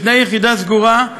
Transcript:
בתנאי יחידה סגורה,